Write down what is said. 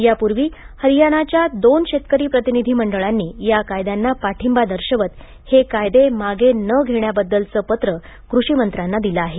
यापूर्वी हरियाणाच्या दोन शेतकरी प्रतिनिधी मंडळांनी या कायद्यांना पाठिंबा दर्शवत हे कायदे मागे न घेण्याबद्दलचे पत्र कृषीमंत्र्यांना दिले आहे